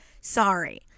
sorry